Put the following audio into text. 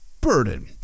burden